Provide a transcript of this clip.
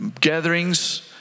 gatherings